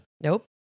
nope